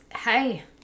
Hey